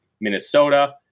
Minnesota